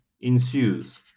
ensues